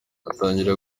atangira